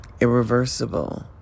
irreversible